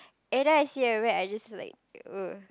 everytime I see a rat I just like ugh